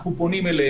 אנחנו פונים אליהם.